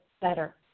better